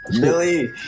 Billy